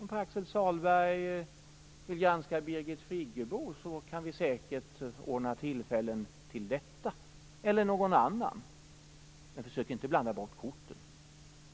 Om Pär-Axel Sahlberg vill granska Birgit Friggebo eller någon annan kan vi säkert ordna tillfällen till detta, men försök inte blanda bort korten.